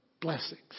blessings